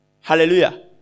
Hallelujah